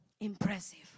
Impressive